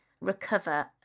recover